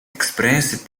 experienced